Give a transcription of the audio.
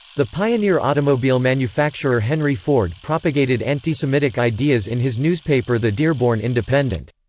the pioneer automobile manufacturer henry ford propagated antisemitic ideas in his newspaper the dearborn independent.